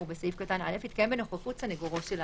בסעיף קטן (א) יתקיים בנוכחות סניגורו של האסיר.